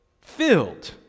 filled